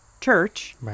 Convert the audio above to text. church